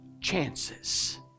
chances